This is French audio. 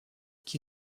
qui